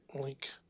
Link